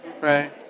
Right